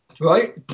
Right